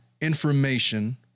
information